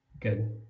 good